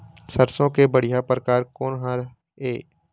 सरसों के बढ़िया परकार कोन हर ये?